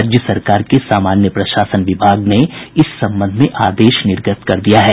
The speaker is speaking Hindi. राज्य सरकार के सामान्य प्रशासन विभाग ने इस संबंध में आदेश निर्गत कर दिया है